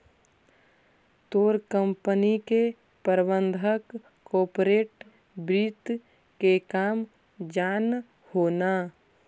तोर कंपनी के प्रबंधक कॉर्पोरेट वित्त के काम जान हो न